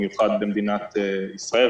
במיוחד במדינת ישראל,